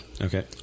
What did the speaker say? okay